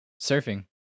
surfing